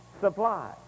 supply